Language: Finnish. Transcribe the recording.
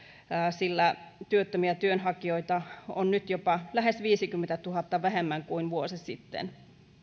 sillä työttömiä työnhakijoita on nyt jopa lähes viidenkymmenentuhannen vähemmän kuin vuosi sitten